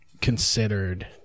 considered